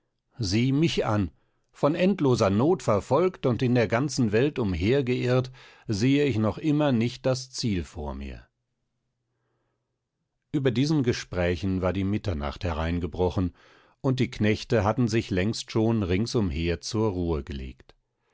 sieh mich an von endloser not verfolgt und in der ganzen welt umher geirrt sehe ich noch immer nicht das ziel vor mir über diesen gesprächen war die mitternacht hereingebrochen und die knechte hatten sich längst schon ringsumher zur ruhe gelegt